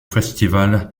festival